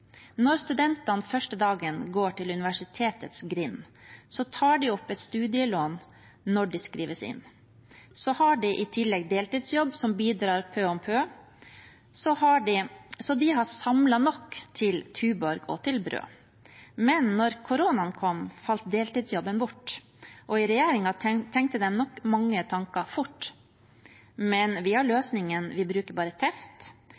Når studentene første dagen går til universitetets grind, tar de opp et studielån når de skrives inn. De har i tillegg deltidsjobb som bidrar pø om pø, så de har samla nok til Tuborg og til brød. Men da koronaen kom, falt deltidsjobben bort, og i regjeringen tenkte de nok mange tanker fort. Vi har løsningen, vi bruker bare teft.